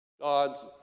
God's